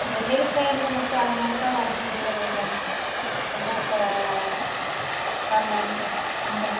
வெளியில் போயிருந்தேன் புஷ்பா அதனால் தான் வர முடியல கொஞ்சம் அதுதான் இப்போ வரலான்ட்டு வந்தேன்